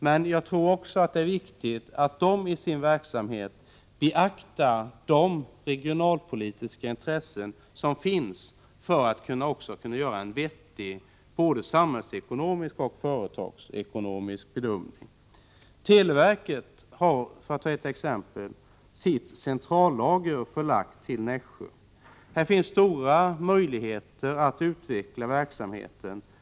Men jag tror också att det är viktigt att de i sin verksamhet beaktar de regionalpolitiska intressen som finns för att kunna göra en vettig bedömning både samhällsekonomiskt och företagsekonomiskt. Televerket har, för att ta ett exempel, centrallagret förlagt till Nässjö. Här finns stora möjligheter att utveckla verksamheten.